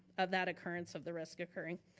of that occurrence of the risk occurring?